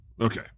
Okay